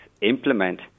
implement